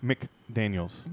McDaniels